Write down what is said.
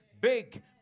big